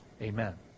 Amen